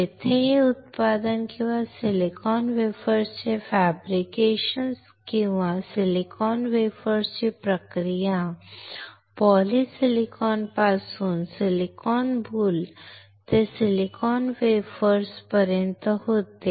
जेथे हे उत्पादन किंवा सिलिकॉन वेफर्सचे फॅब्रिकेशन किंवा सिलिकॉन वेफर्स ची प्रक्रिया पॉलिसिलिकॉन पासून सिलिकॉन बुल ते सिलिकॉन वेफर्सपर्यंत होते